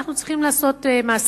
אנחנו צריכים לעשות מעשה.